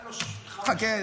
היו לו חמש שניות, אמרת לו תודה.